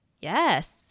Yes